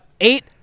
Eight